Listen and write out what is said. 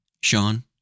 Sean